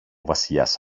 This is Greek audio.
βασιλιάς